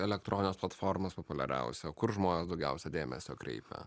elektroninės platformos populiariausia kur žmonės daugiausiai dėmesio kreipia